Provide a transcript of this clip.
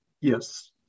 Yes